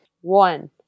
One